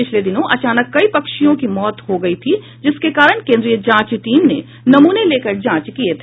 पिछले दिनों अचानक कई पक्षियों की मौत हो गयी थी जिसके बाद केन्द्रीय जांच टीम ने नमूने लेकर जांच किये थे